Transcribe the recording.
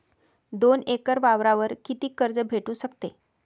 दोन एकर वावरावर कितीक कर्ज भेटू शकते?